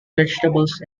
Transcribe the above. vegetables